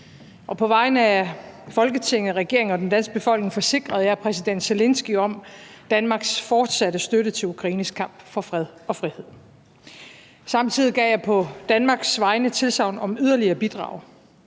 på vegne af Folketinget, regeringen og den danske befolkning forsikrede jeg præsident Zelenskyj om Danmarks fortsatte støtte til Ukraines kamp for fred og frihed. Samtidig gav jeg på Danmarks vegne tilsagn om yderligere bidrag,